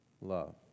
love